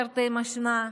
תרתי משמע,